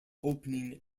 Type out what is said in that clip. opening